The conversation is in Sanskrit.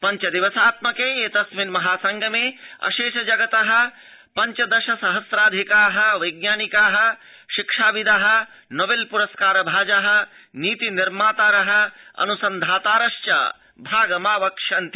पञ्च दिवसात्मके एतस्मिन महा संगमे अशेष जगत पंचदश सहसाधिका वैज्ञानिका शिक्षाविद नोबेल् पुरस्कार भाज नीतिनिर्मातार अनुसन्धातारश्च भागमावक्ष्यन्ति